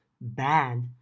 bad